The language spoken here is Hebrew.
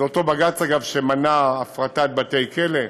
זה אותו בג"ץ, אגב, שמנע הפרטת בתי-כלא,